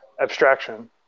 abstraction